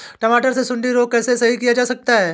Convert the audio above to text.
टमाटर से सुंडी रोग को कैसे सही किया जा सकता है?